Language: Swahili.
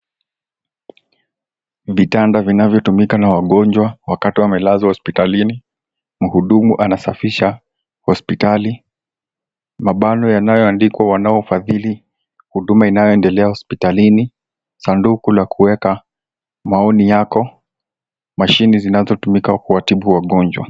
Vitanda vinavyo tumika na wagonjwa wakati wamelazwa hospitalini. Mhudumu anasafisha hospitali. Mabano yanayo andikwa wanaofadhili huduma inayoendelea hospitalini, sanduku la kuweka maoni yako, mashine zinazo tumika kuwatibu wagonjwa.